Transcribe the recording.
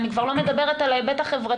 אני כבר לא מדברת על ההיבט החברתי,